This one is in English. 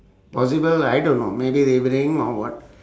possible I don't know maybe they playing or what